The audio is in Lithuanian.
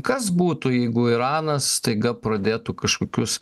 kas būtų jeigu iranas staiga pradėtų kažkokius